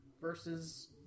versus